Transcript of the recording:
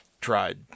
tried